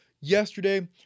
Yesterday